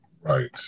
Right